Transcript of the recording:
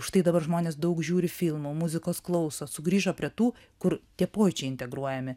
užtai dabar žmonės daug žiūri filmų muzikos klauso sugrįžo prie tų kur tie pojūčiai integruojami